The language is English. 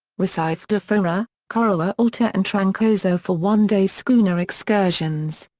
recife de fora, coroa alta and trancoso for one day schooner excursions.